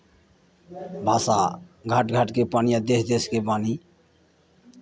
भाषा घाट घाटके पानि आ देश देशके वाणी